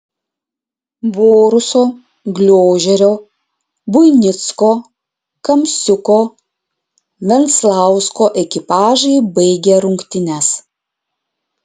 boruso gliožerio buinicko kamsiuko venslausko ekipažai baigė rungtynes